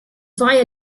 via